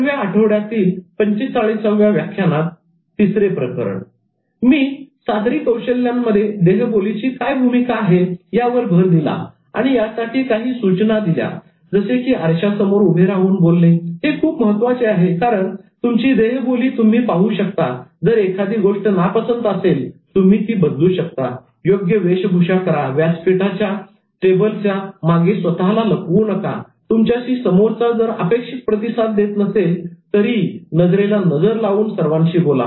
आठव्या आठवड्यातील 45 व्या व्याख्यानात तिसरे प्रकरण मी सादरीकरण कौशल्यांमध्ये देहबोलीची काय भूमिका आहे यावर भर दिला आणि यासाठी काही सूचना दिल्या जसे की आरशासमोर उभे राहून बोलणे हे खूप महत्त्वाचे आहे कारण तुमची देहबोली तुम्ही पाहू शकता जर एखादी गोष्ट नापसंत असेल तुम्ही बदलू शकता योग्य वेशभूषा करा व्यासपीठाच्या टेबलच्या मागे स्वतःला लपवू नका तुमच्याशी समोरचा जर अपेक्षित प्रतिसाद देत नसेल तरी नजरेला नजर लावून सर्वांशी बोला